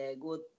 good